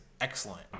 excellent